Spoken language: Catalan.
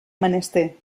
menester